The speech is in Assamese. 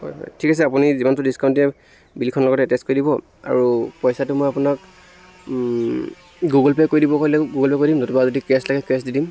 হয় হয় ঠিক আছে আপুনি যিমানটো ডিচকাউণ্ট দিয়ে বিলখনৰ লগতে এটেছ্ কৰি দিব আৰু পইচাটো মই আপোনাক গুগুল পে' কৰি দিব ক'লেও গুগুল পে' কৰি দিম নতুবা যদি কেছ লাগে কেছ দি দিম